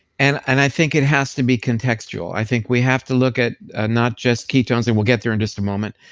and and i think it has to be contextual. i think we have to look at not just ketones, and we'll get there in just a moment,